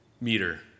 meter